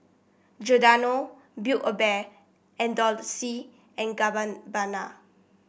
Giordano Build A Bear and Dolce and Gabbana